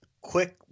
quick